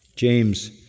James